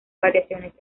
variaciones